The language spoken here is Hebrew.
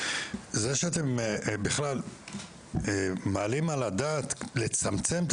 שזה שאתם בכלל מעלים על הדעת לצמצם את